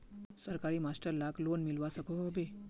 सरकारी मास्टर लाक लोन मिलवा सकोहो होबे?